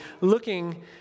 looking